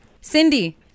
cindy